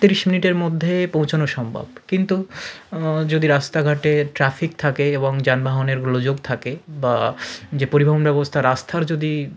তিরিশ মিনিটের মধ্যে পৌঁছনো সম্ভব কিন্তু যদি রাস্তাঘাটে ট্রাফিক থাকে এবং যানবাহনের গোলযোগ থাকে বা যে পরিবহণ ব্যবস্থা রাস্তার যদি